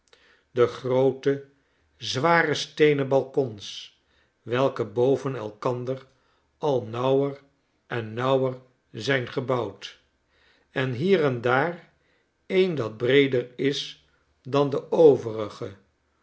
de groote zware steenen balkons welke boven elkander al nauwer en nauwer zijn gebouwd en hier en daar een dat breeder is dan de overige